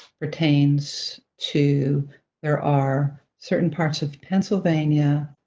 pertains to there are certain parts of pennsylvania,